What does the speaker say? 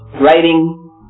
writing